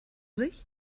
sich